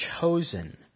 chosen